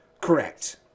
Correct